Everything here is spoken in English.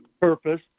purpose